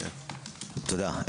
תודה.